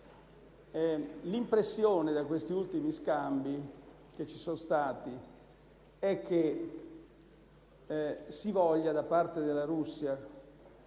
L'impressione degli ultimi scambi che ci sono stati è che da parte della Russia